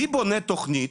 מי בונה תוכנית?